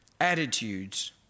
attitudes